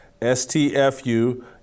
STFU